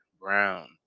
Brown